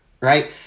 right